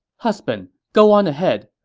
husband, go on ahead.